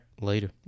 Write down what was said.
Later